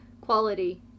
Quality